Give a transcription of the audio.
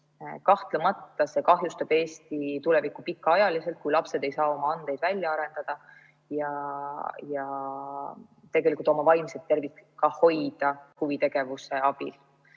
Kahtlemata kahjustab see Eesti tulevikku pikaajaliselt, kui lapsed ei saa oma andeid välja arendada ja tegelikult ka oma vaimset tervist huvitegevuse abil